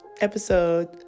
episode